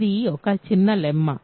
ఇది ఒక చిన్న లెమ్మా